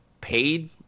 paid